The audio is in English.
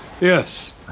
Yes